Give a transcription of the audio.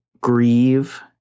grieve